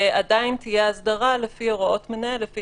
עדיין תהיה הסדרה לפי הוראות מנהל לפי